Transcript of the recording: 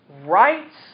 rights